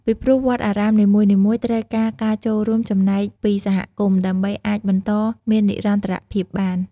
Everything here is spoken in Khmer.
ពីព្រោះវត្តអារាមនីមួយៗត្រូវការការចូលរួមចំណែកពីសហគមន៍ ដើម្បីអាចបន្តមាននិរន្តរភាពបាន។